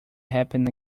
happen